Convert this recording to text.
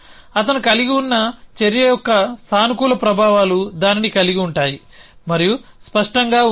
అతను కలిగి ఉన్న చర్య యొక్క సానుకూల ప్రభావాలు దానిని కలిగి ఉంటాయి మరియు స్పష్టంగా ఉన్నాయి